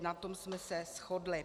Na tom jsme se shodli.